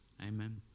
Amen